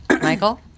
Michael